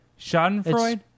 schadenfreude